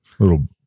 Little